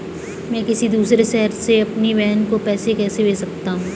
मैं किसी दूसरे शहर से अपनी बहन को पैसे कैसे भेज सकता हूँ?